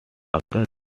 after